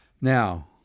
Now